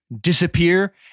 disappear